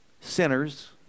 Sinners